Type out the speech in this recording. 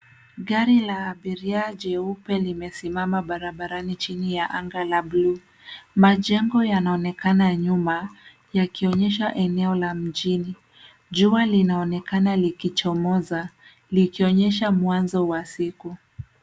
Gari la abiria jeupe limesimama barabarani chini ya anga la buluu. Majengo yanaonekana nyuma yakionyesha eneo la mjini. Jua linaonekana likichomoza, likionyesha mwanzo wa siku.